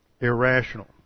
irrational